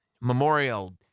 memorial